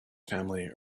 family